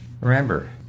Remember